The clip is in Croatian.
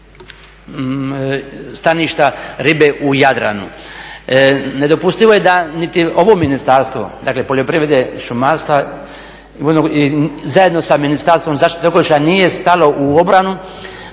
staništa ribe u Jadranu. Nedopustivo je da niti ovo ministarstvo dakle poljoprivrede, šumarstva zajedno sa Ministarstvom zaštite okoliša nije stalo u obranu